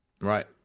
Right